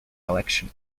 election